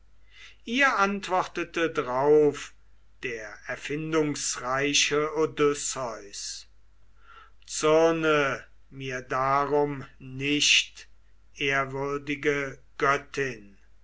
ihr antwortete drauf der erfindungsreiche odysseus zürne mir darum nicht ehrwürdige göttin